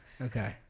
Okay